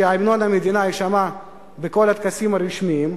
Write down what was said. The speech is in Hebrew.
שהמנון המדינה יישמע בכל הטקסים הרשמיים,